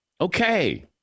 okay